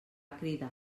cridar